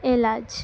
এলাচ